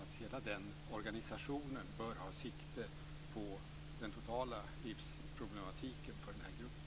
Hela den organisationen bör ha sikte på den totala livsproblematiken för den här gruppen.